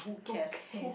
who cares